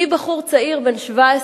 מבחור צעיר בן 17,